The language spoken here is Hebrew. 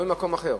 לא ממקום אחר.